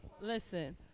Listen